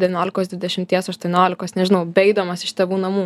devyniolikos dvidešimties aštuoniolikos nežinau beeidamas iš tėvų namų